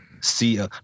See